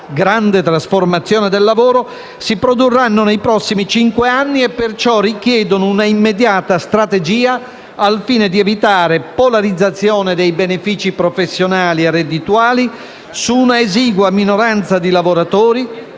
grande trasformazione del lavoro si produrranno nei prossimi cinque anni e perciò richiedono una immediata strategia al fine di evitare polarizzazione dei benefici professionali e reddituali su un'esigua minoranza di lavoratori,